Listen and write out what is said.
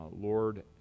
Lord